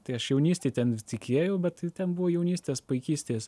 tai aš jaunystėj ten tikėjau bet tai ten buvo jaunystės paikystės